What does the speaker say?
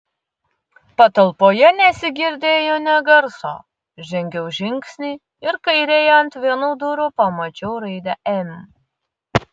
patalpoje nesigirdėjo nė garso žengiau žingsnį ir kairėje ant vienų durų pamačiau raidę m